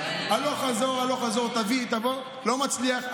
הלוך-חזור, הלוך-חזור, תביא, תבוא, לא מצליח.